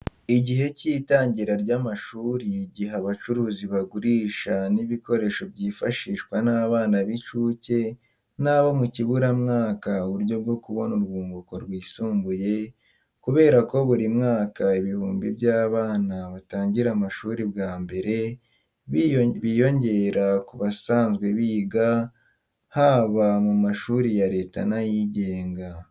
Igihe cy'itangira ry'amashuri giha abacuruzi bagurisha n'ibikoresho byifashishwa n'abana b'incuke n'abo mu kiburamwaka uburyo bwo kubona urwunguko rwisumbuye, kubera ko buri mwaka ibihumbi by'abana batangira amashuri bwa mbere, biyongera ku basanzwe biga, haba mu mashuri ya Leta n'ayigenga.